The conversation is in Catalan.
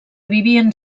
vivien